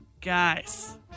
Guys